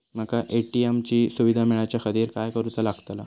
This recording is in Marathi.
माका ए.टी.एम ची सुविधा मेलाच्याखातिर काय करूचा लागतला?